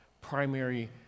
primary